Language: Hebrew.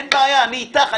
אין בעיה, אני איתך.